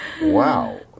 wow